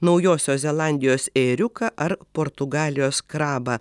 naujosios zelandijos ėriuką ar portugalijos krabą